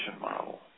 model